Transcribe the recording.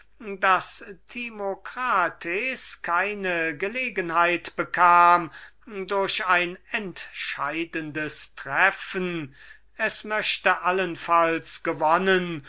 daß timocrates keine gelegenheit bekam durch ein entscheidendes treffen es möchte allenfalls gewonnen